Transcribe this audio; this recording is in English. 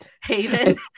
haven